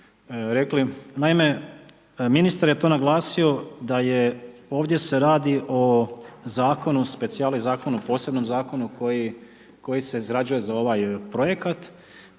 rekli. Naime, ministar je to naglasio da je, ovdje se radi o Zakonu, speciali Zakonu, posebnom Zakonu koji se izrađuje za ovaj projekat